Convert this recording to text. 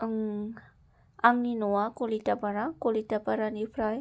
ओं आंनि न'आ कलितापारा कलितापारानिफ्राय